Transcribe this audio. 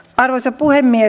arvoisa puhemies